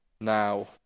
now